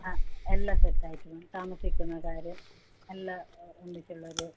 ആ എല്ലാം സെറ്റായിട്ടുണ്ട് താമസിക്കുന്ന കാര്യം എല്ലാം ഒന്നിച്ചുള്ള ഒരു